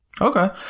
Okay